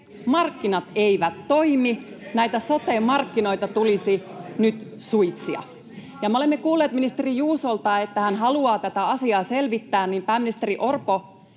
Markkinat eivät toimi. Näitä sote-markkinoita tulisi nyt suitsia. Kun me olemme kuulleet ministeri Juusolta, että hän haluaa tätä asiaa selvittää, niin, pääministeri Orpo,